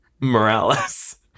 Morales